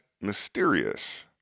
mysterious